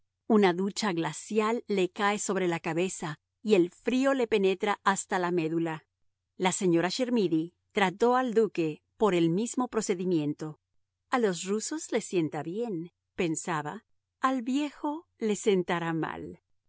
una ducha glacial le cae sobre la cabeza y el frío le penetra hasta la medula la señora chermidy trató al duque por el mismo procedimiento a los rusos les sienta bien pensaba al viejo le sentará mal